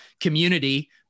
community